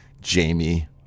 jamie